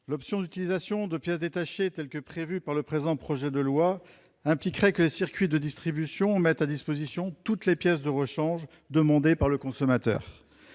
L'option d'utilisation de pièces détachées telle que prévue par ce projet de loi impliquerait que les circuits de distribution mettent à disposition toutes les pièces de rechange demandées par le consommateur.